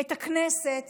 את הכנסת